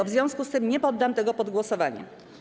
W związku z tym nie poddam tego pod głosowanie.